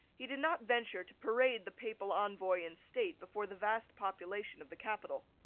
he did not venture to parade the papal envoy in state before the vast population of the capital.